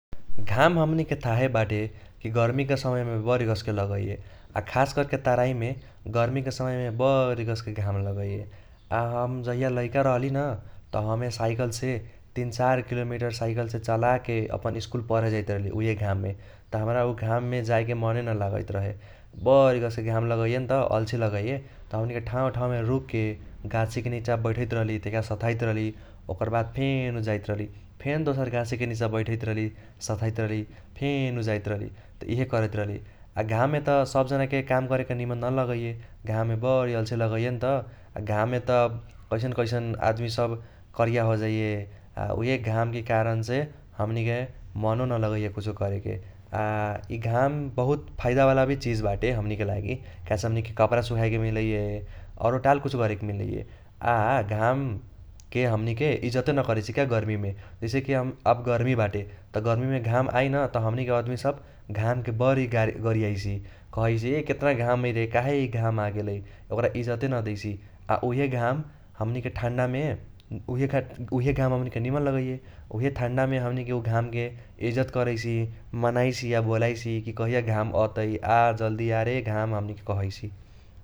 घाम हमनीके थाहे बाटे कि गर्मीके समयमे बरी गस्के लगैये। आ खास कर्के तराइमे गर्मीके समयमे बरी गस्के घाम लगैये। आ हम जाहिया लैका रहली न त हमे साइकलके तीन चार किलोमीटर कीकलेसे चलाके अपन स्कूल पढे जाइत रहली उहे घाममे । त हमरा उ घाममे जाएके मने न लगैत रहे बरी गस्के घाम लगैये नत अल्छी लगैये । त हमनिके ठाउ ठाउमे रुकके गाछीके नीचा बैठैत रहली तैका सथाइत रहली । ओकर बाद फेन जाइत रहली । फेन दोसर गाछीके नीचा बैठैत रहली सथाइत रहली फेनु जाइत रहली त इहे करैत रहली । आ घाममे त सब जानाके काम करेके निमन न लगैये। घाममे बरी अल्छी लगैये नत आ घाममे त कैसन कैसन आदमी सब करिया होजाइये । आ उहे घामके कारणसे हमनीके मनो न लगैये कुछो करेके। आ इ घाम बहुत फाइदा वाला भी चिज बाटे हमनीके लागि काहेसे हमनीके काप्रा सुखाएके मिलैये, औरो टाल कुछो करेके मिलैये। आ घामके हमनीके इजतो न करैसि का गर्मीमे । जैसे कि हम आब गर्मी बाटे त गर्मीमे घाम आइ न त हमनीके दमी सब घामके बरी गरियाईसि, कहैसि ए केतना घाम हैरे काहे इ घाम आगेलै, ओकरा इजते न देइसि । आ उइहे घाम हमनीके ठन्डामे उइहे घाम हमनीके निमन लगैये । उइहे ठन्डामे हमनीके उ घामके इजत करैसि मनाइसी आ बोलाईसी कि कहिया घाम अतै आ जल्दी आरे घाम हमनीके कहैसि ।